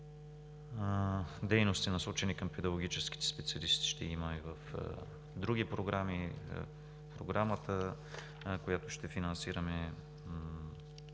Дейности, насочени към педагогическите специалисти, ще има и в други програми. Програмата, която ще финансираме,